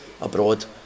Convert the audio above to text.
abroad